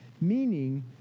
meaning